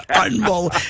unbelievable